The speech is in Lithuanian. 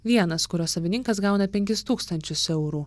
vienas kurio savininkas gauna penkis tūkstančius eurų